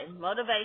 motivation